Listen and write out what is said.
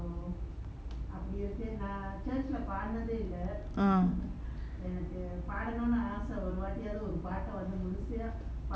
uh